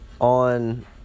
on